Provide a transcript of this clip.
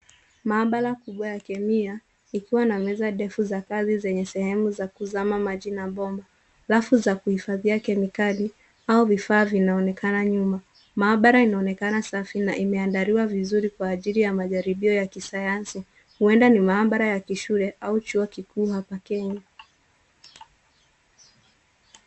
Maabara kubwa ya kemia ikiwa na meza ndefu za kazi zenye sehemu za kuzama maji na bomba. Rafu za kuhifadhia kemikali au vifaa vinaonekana nyuma. Maabara inaonekana safi na imeandaliwa vizuri kwa ajili ya majiribio ya kisayansi. Huenda ni maabara ya kishule au chuo kikuu hapa Kenya.